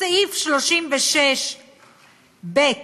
סעיף 36א(ב),